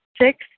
Six